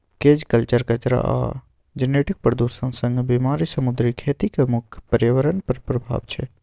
cage कल्चरक कचरा आ जेनेटिक प्रदुषण संगे बेमारी समुद्री खेतीक मुख्य प्रर्याबरण पर प्रभाब छै